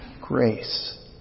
grace